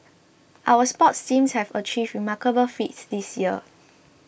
our sports seems have achieved remarkable feats this year